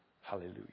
hallelujah